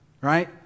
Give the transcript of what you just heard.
right